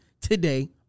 today